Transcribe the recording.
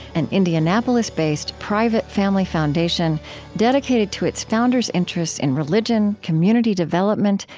an indianapolis-based, private family foundation dedicated to its founders' interests in religion, community development,